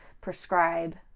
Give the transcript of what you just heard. prescribe